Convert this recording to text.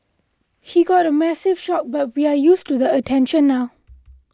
he got a massive shock but we're used to the attention now